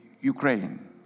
Ukraine